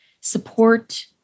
Support